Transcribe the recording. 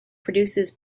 produces